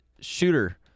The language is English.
shooter